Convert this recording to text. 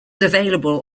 available